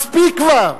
מספיק כבר.